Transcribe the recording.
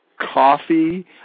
coffee